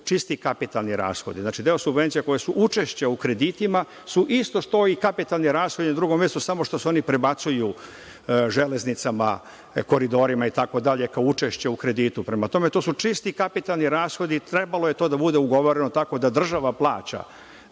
čisti kapitalni rashodi, znači, deo subvencija koje su učešća u kreditima su isto što i kapitalni rashodi na drugom mestu, samo što se oni prebacuju Železnicama, Koridorima itd, kao učešće u kreditu. Prema tome, to su čisti kapitalni rashodi. Trebalo je to da bude ugovoreno tako da država plaća